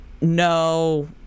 No